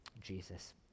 Jesus